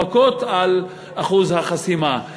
הן לא נאבקות על אחוז החסימה.